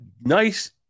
nice